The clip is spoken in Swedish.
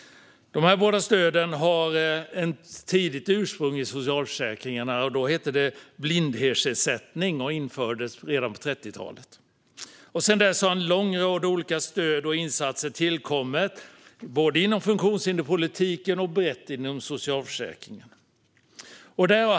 Dessa båda stöd har ett tidigt ursprung i socialförsäkringarna - det hette tidigare blindhetsersättning och infördes redan på 30-talet. Sedan dess har en lång rad olika stöd och insatser tillkommit, både inom funktionshinderspolitiken och brett inom socialförsäkringen.